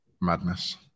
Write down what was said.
Madness